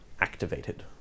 activated